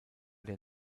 der